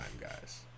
guys